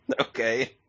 Okay